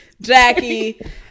Jackie